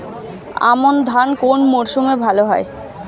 আমন ধান কোন মরশুমে ভাল হয়?